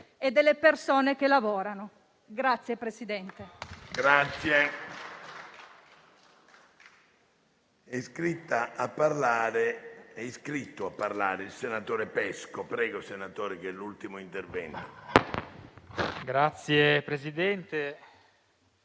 e delle persone che lavorano.